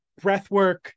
breathwork